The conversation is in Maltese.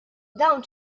dawn